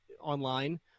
online